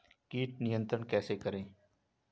कीट नियंत्रण कैसे करें?